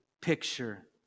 picture